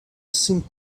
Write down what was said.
sin